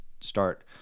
start –